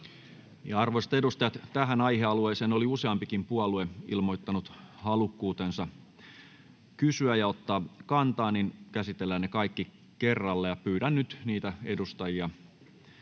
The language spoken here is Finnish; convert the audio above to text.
Arvoisat edustajat, tähän aihealueeseen oli useampikin puolue ilmoittanut halukkuutensa kysyä ja ottaa kantaa, niin että käsitellään ne kaikki kerralla. Pyydän nyt niitä edustajia,